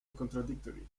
contradictory